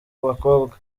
bakobwa